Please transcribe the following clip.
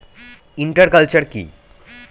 Inter culture কি?